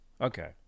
Okay